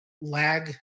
lag